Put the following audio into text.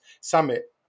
summit